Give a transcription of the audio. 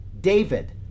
David